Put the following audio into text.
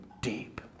deep